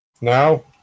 now